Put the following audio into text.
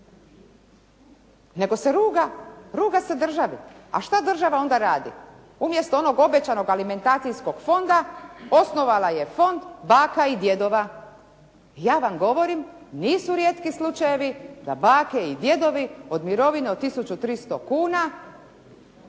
nego se ruga, ruga se državi. A šta država onda radi? Umjesto onog obećanog alimentacijskog fonda osnovala je fond baka i djedova. Ja vam govorim nisu rijetki slučajevi da bake i djedovi od mirovine od tisuću 300 kuna